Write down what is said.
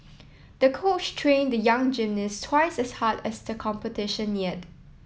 the coach trained the young gymnist twice as hard as the competition neared